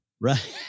Right